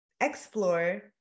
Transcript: explore